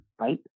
right